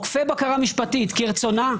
עוקפי בקרה משפטית כרצונה,